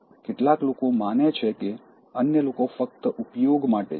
કેટલાક લોકો માને છે કે અન્ય લોકો ફક્ત ઉપયોગ માટે છે